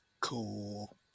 Cool